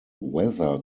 weather